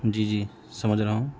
جی جی سمجھ رہا ہوں